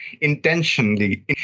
intentionally